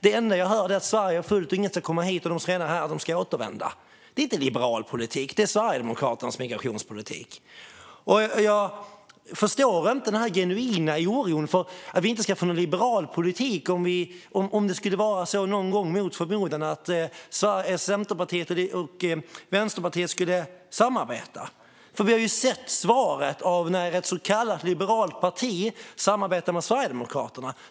Det enda jag hör är att Sverige är fullt, att ingen ska komma hit och att de som redan är här ska återvända. Det är inte liberal politik. Det är Sverigedemokraternas migrationspolitik. Jag förstår inte den genuina oron för att vi inte skulle få en liberal politik om det någon gång skulle vara så att Centerpartiet och Vänsterpartiet mot förmodan skulle samarbeta. Vi har ju sett resultatet när ett så kallat liberalt parti samarbetar med Sverigedemokraterna.